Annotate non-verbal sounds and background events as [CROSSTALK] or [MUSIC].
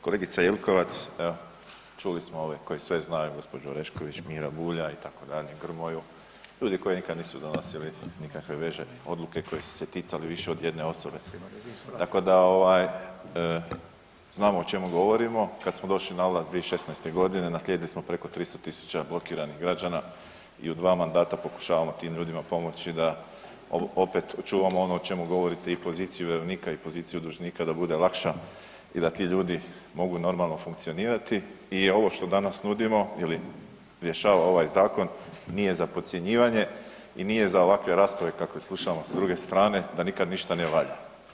Kolegice Jelkovac, čuli smo ove koji sve znaju, kolegicu Orešković, Miru Bulja itd., Grmoju, ljudi koji nikad nisu donosili nikakve veće odluke koje su se ticale više od jedne osobe tako da znamo o čemu govorimo, kad smo došli na vlast 2016. g. naslijedili smo preko 300 000 blokiranih građana i u dva mandata pokušavamo tim ljudima pomoći, opet ... [UNINTELLIGIBLE] ono o čemu govorite, i poziciju vjerovnika i poziciju dužnika, da bude lakše i da ti ljudi mogu normalno funkcionirati i ovo što danas nudimo ili rješava ovaj zakon, nije za podcjenjivanje i nije za ovakve rasprave kakve slušamo s druge strane da nikad ništa ne valja.